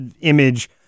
image